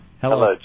Hello